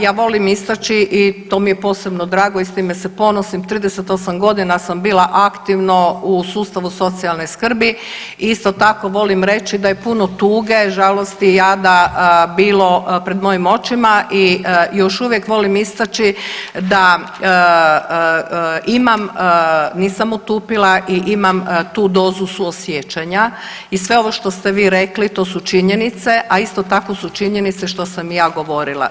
Ja volim istaći i to mi je posebno drago i s time se ponosim, 38 godina sam bila aktivno u sustavu socijalne skrbi, isto tako volim reći da je puno tuge, žalosti, jada bilo pred mojim očima i još uvijek volim istaći da imam, nisam otupila i imam tu dozu suosjećanja i sve ovo što ste vi rekli, to su činjenice, a isto tako su činjenice što sam i ja govorila.